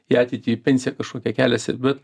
į ateitį į pensiją kažkokią keliasi bet